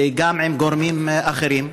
וגם עם גורמים אחרים,